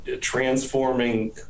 transforming